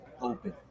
Open